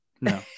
No